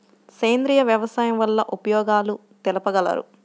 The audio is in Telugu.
సేంద్రియ వ్యవసాయం వల్ల ఉపయోగాలు తెలుపగలరు?